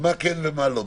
מה כן ומה לא.